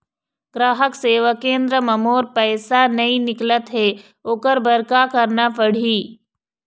ग्राहक सेवा केंद्र म मोर पैसा नई निकलत हे, ओकर बर का करना पढ़हि?